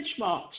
benchmarks